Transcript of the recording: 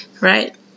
right